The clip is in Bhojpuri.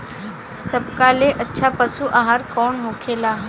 सबका ले अच्छा पशु आहार कवन होखेला?